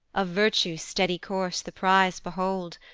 of virtue's steady course the prize behold!